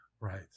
right